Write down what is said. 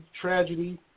tragedy